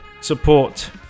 support